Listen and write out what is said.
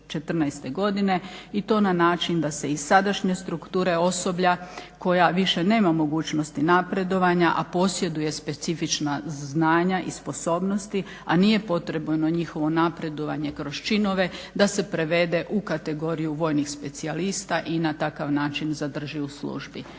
i to na način da se iz sadašnje strukture osoblja koja više nema mogućnosti napredovanja a posjeduje specifična znanja i sposobnosti a nije potrebno njihovo napredovanje kroz činove da se prevede u kategoriju vojnih specijalista i na takav način zadrži u službi.